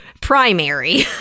primary